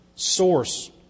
source